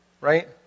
right